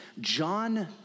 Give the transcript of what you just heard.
John